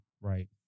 Right